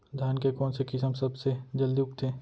धान के कोन से किसम सबसे जलदी उगथे?